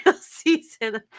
season